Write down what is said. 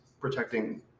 protecting